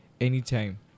anytime